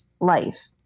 life